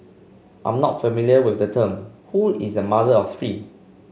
I'm not familiar with the term who is a mother of three